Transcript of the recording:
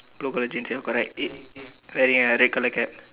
blue colour jeans ya correct eh wearing a red colour cap